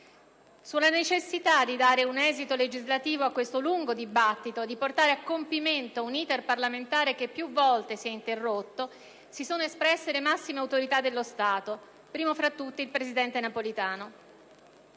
Sulla necessità di dare un esito legislativo a questo lungo dibattito e di portare a compimento un *iter* parlamentare che più volte si è interrotto si sono espresse le massime autorità dello Stato, primo fra tutti il presidente Napolitano.